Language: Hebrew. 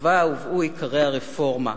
ובה הובאו עיקרי הרפורמה.